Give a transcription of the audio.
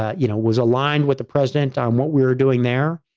ah you know, was aligned with the president on what we were doing there.